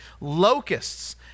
locusts